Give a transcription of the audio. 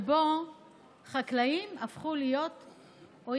שבו חקלאים הפכו להיות אויב.